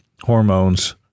hormones